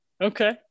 okay